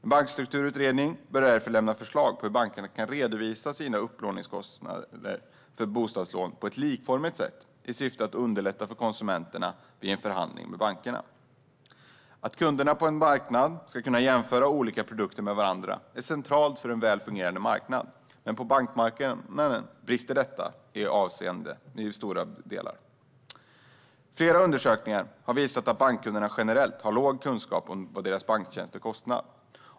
En bankstrukturutredning bör därför lämna förslag på hur bankerna ska redovisa sina upplåningskostnader för bostadslån på ett likformigt sätt i syfte att underlätta för konsumenterna vid en förhandling med bankerna. Att kunderna på en marknad ska kunna jämföra olika produkter med varandra är centralt för en väl fungerande marknad. Men på bankmarknaden finns det i stora delar brister i detta avseende. Flera undersökningar har visat att bankkunderna generellt har låg kunskap om vad deras banktjänster kostar.